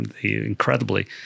incredibly